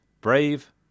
brave